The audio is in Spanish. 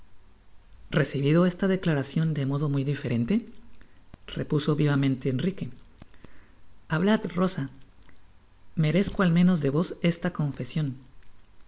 recibido esta declaracion de modo muy diferente repuso vivamente enrique hablad rosa merezca al menos de vos esta confesion